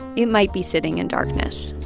it might be sitting in darkness